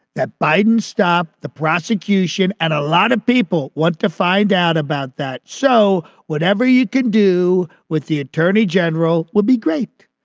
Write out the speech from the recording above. that biden stopped the prosecution and a lot of people want to find out about that. so whatever you could do with the attorney general would be great.